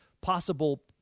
possible